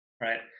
right